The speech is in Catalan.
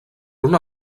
una